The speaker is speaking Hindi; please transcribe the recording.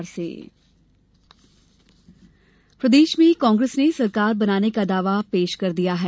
सरकार दावा प्रदेश में कांग्रेस ने सरकार बनाने का दावा पेश कर दिया है